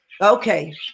Okay